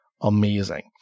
Amazing